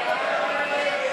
רשות האוכלוסין,